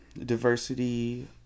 diversity